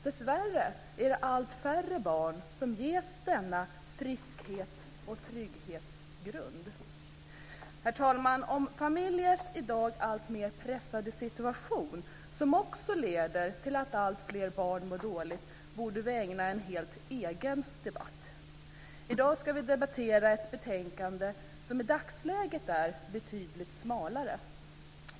Dessvärre är det allt färre barn som ges denna friskhets och trygghetsgrund. Herr talman! Åt familjers i dag alltmer pressade situation, som också leder till att alltfler barn mår dåligt, borde vi ägna en helt egen debatt. I dag ska vi debattera ett betänkande som i dagsläget är betydligt smalare.